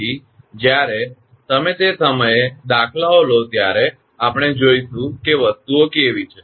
પછી જ્યારે તમે તે સમયે દાખલાઓસંખ્યાત્મક લો ત્યારે આપણે જોઈશું કે વસ્તુઓ કેવી છે